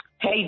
Hey